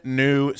new